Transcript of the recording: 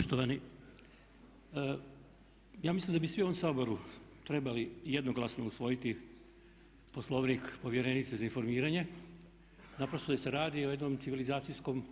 Poštovani, ja mislim da bi svi u ovom Saboru trebali jednoglasno usvojiti Poslovnik povjerenice za informiranje naprosto jer se radi o jednom civilizacijskom